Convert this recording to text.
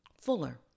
Fuller